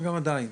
וגם עדיין,